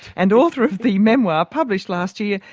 and author of the memoir, published last year,